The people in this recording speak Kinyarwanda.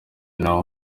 n’aho